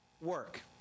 work